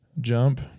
Jump